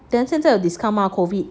then 现在有 discount 吗 COVID